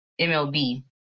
MLB